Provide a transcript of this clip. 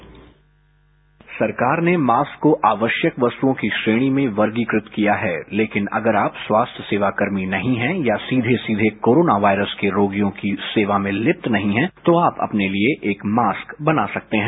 bite सरकार ने mask को आवश्यक वस्तुओं की श्रेणी में वर्गीकृत किया है लेकिन अगर आप स्वास्थ्य सेवाकर्मी नहीं हैं या सीधे सीधे कोरोना वायरस के रोगियों की सेवा में लिप्त नहीं हैं तो आप अपने लिए एक मास्क बना सकते हैं